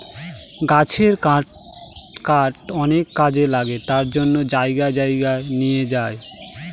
গাছের কাঠ অনেক কাজে লাগে তার জন্য জায়গায় জায়গায় নিয়ে যায়